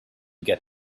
get